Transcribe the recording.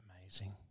amazing